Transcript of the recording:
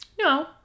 No